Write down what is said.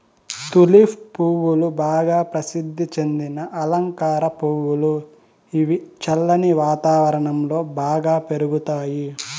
tulip పువ్వులు బాగా ప్రసిద్ది చెందిన అలంకార పువ్వులు, ఇవి చల్లని వాతావరణం లో బాగా పెరుగుతాయి